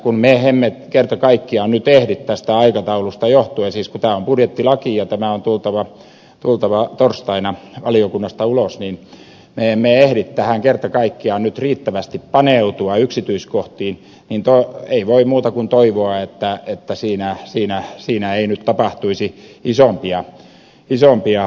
kun me emme kerta kaikkiaan ehdi tästä aikataulusta johtuen siis kun tämä on budjettilaki ja tämän on tultava torstaina valiokunnasta ulos me emme ehdi kerta kaikkiaan nyt riittävästi paneutua yksityiskohtiin niin ei voi muuta kuin toivoa että että siinä ja siinä siinä ei nyt tapahtuisi isompia isompi ja